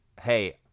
hey